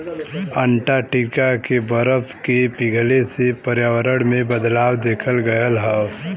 Antarctica के बरफ के पिघले से पर्यावरण में बदलाव देखल गयल हौ